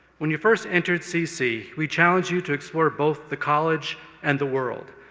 when you first entered cc, we challenged you to explore both the college and the world,